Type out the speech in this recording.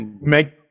make